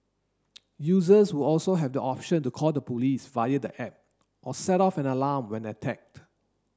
users will also have the option to call the police via the app or set off an alarm when attacked